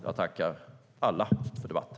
Jag tackar alla för debatten!